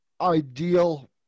ideal